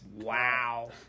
Wow